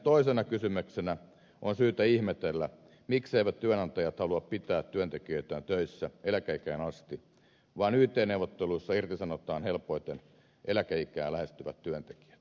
toisena kysymyksenä on syytä ihmetellä mikseivät työnantajat halua pitää työntekijöitään töissä eläkeikään asti vaan yt neuvotteluissa irtisanotaan helpoiten eläkeikää lähestyvät työntekijät